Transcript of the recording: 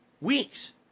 weeks